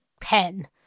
pen